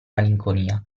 malinconia